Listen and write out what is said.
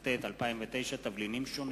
התשס"ט 2009, תבלינים שונים,